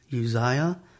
Uzziah